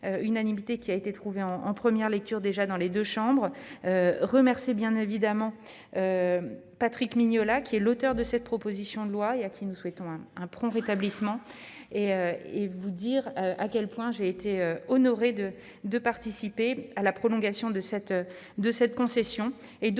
qui a été trouvé en en première lecture, déjà dans les 2 chambres remercier bien évidemment Patrick Mignola qui est l'auteur de cette proposition de loi et à qui nous souhaitons un prompt rétablissement et et vous dire à quel point j'ai été honoré de de participer à la prolongation de cette, de cette